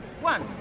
one